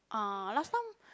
uh last time